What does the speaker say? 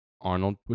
Arnold